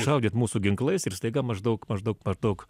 šaudyt mūsų ginklais ir staiga maždaug maždaug maždaug